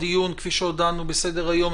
כפי שהודענו בסדר-היום,